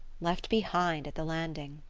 left behind at the landing!